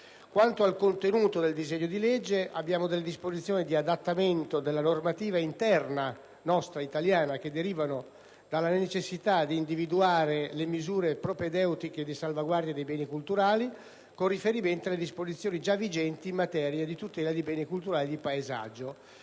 Quanto al contenuto del disegno di legge abbiamo delle disposizioni di adattamento della nostra normativa interna che derivano dalla necessità di individuare le misure propedeutiche di salvaguardia dei beni culturali, con riferimento alle disposizioni già vigenti in materia di tutela di beni culturali e del paesaggio.